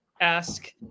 ask